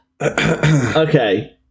Okay